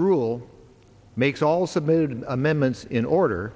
rule makes all submitted amendments in order